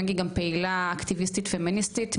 מגי גם פעילה אקטיביסטית פמיניסטית,